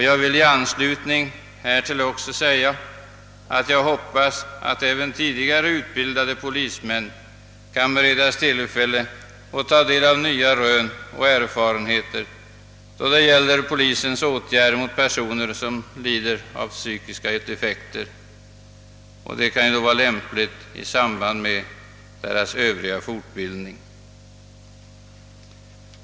Jag vill i anslutning härtill också säga att jag hoppas, att även tidigare utbildade polismän skall kunna beredas tillfälle att ta del av nya rön och erfarenheter då det gäller polisens åtgärder mot personer, som lider av psykiska defekter, något som lämpligen skulle kunna tas upp i samband med deras övriga fortbildning.